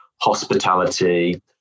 hospitality